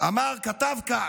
כתב כך: